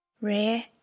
rare